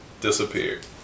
disappeared